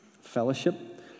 fellowship